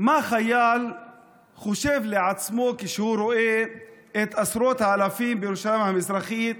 מה חייל חושב לעצמו כשהוא רואה את עשרות האלפים בירושלים המזרחית